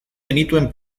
genituen